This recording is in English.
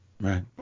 Right